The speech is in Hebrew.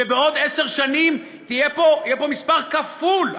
בעוד עשר שנים יהיה פה מספר כפול.